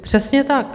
Přesně tak.